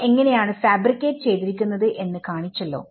അവ എങ്ങനെയാണ് ഫാബ്രിക്കേറ്റ് ചെയ്തിരിക്കുന്നത് എന്ന് കാണിച്ചല്ലോ